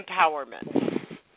empowerment